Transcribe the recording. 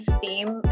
theme